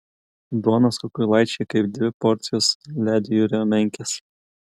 duonos kukulaičiai kaip dvi porcijos ledjūrio menkės